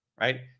right